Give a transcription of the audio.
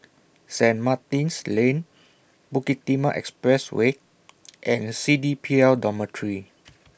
Saint Martin's Lane Bukit Timah Expressway and C D P L Dormitory